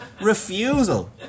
refusal